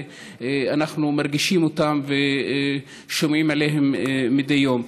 אנחנו מרגישים אותם ושומעים עליהם מדי יום.